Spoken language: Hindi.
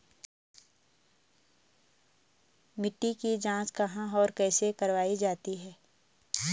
मिट्टी की जाँच कहाँ और कैसे करवायी जाती है?